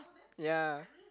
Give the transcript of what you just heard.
ya